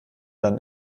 dann